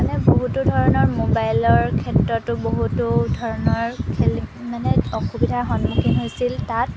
মানে বহুতো ধৰণৰ মোবাইলৰ ক্ষেত্ৰতো বহুতো ধৰণৰ খেলি মানে অসুবিধাৰ সন্মুখীন হৈছিল তাত